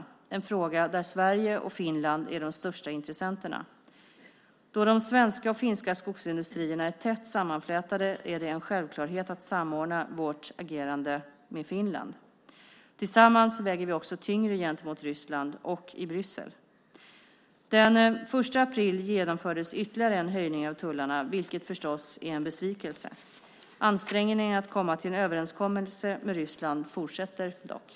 Det är en fråga där Sverige och Finland är de största intressenterna. Då de svenska och finska skogsindustrierna är tätt sammanflätade är det en självklarhet att samordna vårt agerande med Finland. Tillsammans väger vi också tyngre gentemot Ryssland och i Bryssel. Den 1 april genomfördes ytterligare en höjning av tullarna, vilket förstås är en besvikelse. Ansträngningarna att komma till en överenskommelse med Ryssland fortsätter dock.